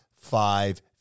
five